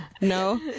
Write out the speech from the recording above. No